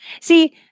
See